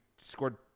scored